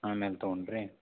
ಆಮೇಲೆ ತಗೊಂಡ್ರಿ